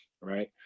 right